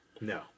No